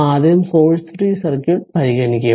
ആദ്യം source free circuit കാണും